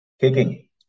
kicking